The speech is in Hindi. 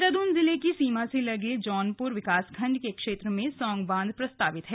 देहरादून जिले की सीमा से लगे जौनपुर विकासखंड के क्षेत्र में सौंग बांध प्रस्तावित है